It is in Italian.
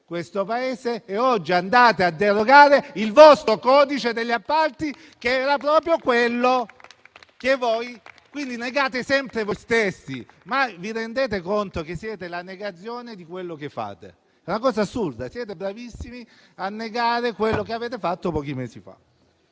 questo Paese e oggi andate a derogare il vostro codice degli appalti, che era proprio quello che voi avete approvato. Quindi, negate sempre voi stessi. Vi rendete conto che siete la negazione di quello che fate? È una cosa assurda: siete bravissimi a negare quello che avete fatto pochi mesi fa.